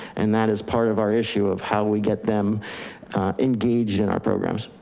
and that is part of our issue of how we get them engaged in our programs.